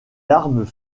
larmes